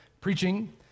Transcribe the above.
preaching